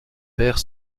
perd